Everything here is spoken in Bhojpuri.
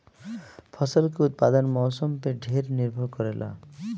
फसल के उत्पादन मौसम पे ढेर निर्भर करेला